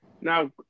Now